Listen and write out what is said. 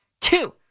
Two